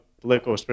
political